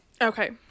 Okay